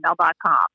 gmail.com